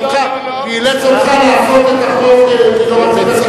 ואילץ אותך לעשות את החוק כי לא רצית,